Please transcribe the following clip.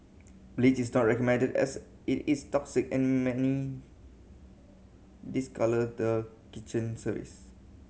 bleach is not recommended as it is toxic and many discolour the kitchen surface